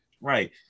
right